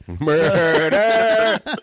Murder